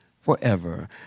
forever